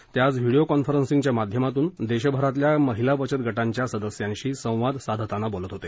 ते आज व्हिडियो कॉन्फरन्सिंगच्या माध्यमातून देशभरातल्या महिला बचत गटांच्या सदस्यांशी संवाद साधताना बोलत होते